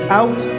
out